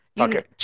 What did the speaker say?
Okay